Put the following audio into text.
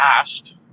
asked